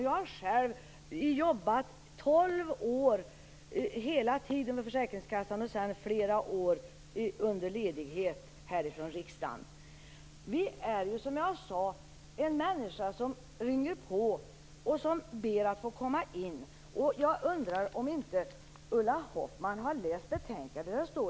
Jag har själv jobbat i 12 år, hela tiden på försäkringskassan, och sedan i flera år under ledighet från riksdagen. Det är ju, som jag sade, en människa som ringer på och som ber att få komma in. Jag undrar om Ulla Hoffmann har läst betänkandet.